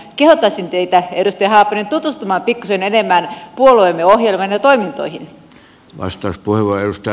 kehottaisin teitä edustaja haapanen tutustumaan pikkuisen enemmän puolueemme ohjelmaan ja toimintoihin